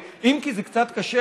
אם כי זה קצת קשה,